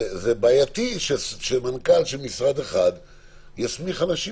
זה בעייתי שמנכ"ל של משרד אחד יסמיך אנשים